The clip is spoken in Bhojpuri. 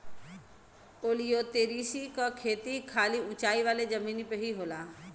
ओलियोतिरिस क खेती खाली ऊंचाई वाले जमीन में ही होला